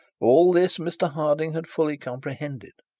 all this mr harding had fully comprehended.